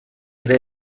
ere